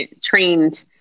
trained